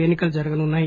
ఎన్ని కలు జరుగనున్నాయి